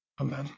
Amen